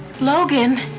Logan